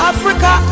Africa